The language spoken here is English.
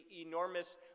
enormous